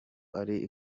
ari